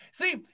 See